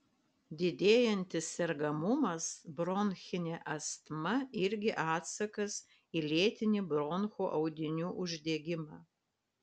didėjantis sergamumas bronchine astma irgi atsakas į lėtinį bronchų audinių uždegimą